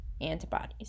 antibodies